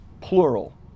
plural